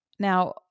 Now